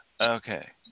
Okay